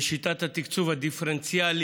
בשיטת התקצוב הדיפרנציאלי,